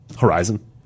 Horizon